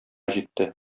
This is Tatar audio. җитте